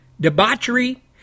debauchery